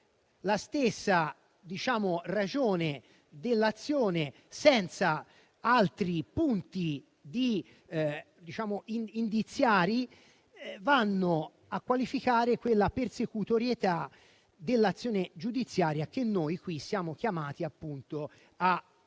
la stessa ragione dell'azione senza altri punti indiziari e qualificano quella persecutorietà dell'azione giudiziaria che noi siamo chiamati a identificare